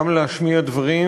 גם להשמיע דברים,